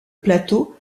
plateau